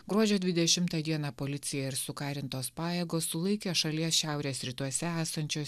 gruodžio dvidešimtą dieną policija ir sukarintos pajėgos sulaikė šalies šiaurės rytuose esančio